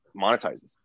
monetizes